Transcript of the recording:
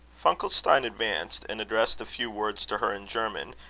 funkelstein advanced, and addressed a few words to her in german,